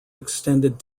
extended